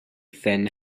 thin